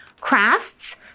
crafts